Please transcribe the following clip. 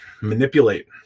manipulate